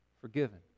forgiven